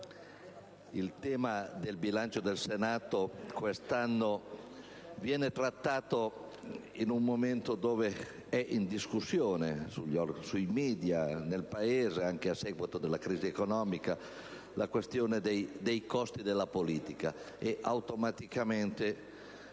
il tema del bilancio del Senato viene trattato in un momento in cui è in discussione, sui *media* e nel Paese, anche a seguito della crisi economica, la questione dei costi della politica. Automaticamente,